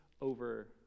over